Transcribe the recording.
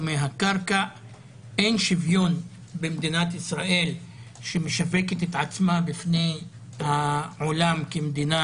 אין שוויון במדינת ישראל שמשווקת את עצמה בפני העולם כמדינה